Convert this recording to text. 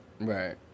Right